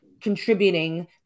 contributing